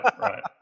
right